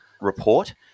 report